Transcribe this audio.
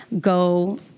go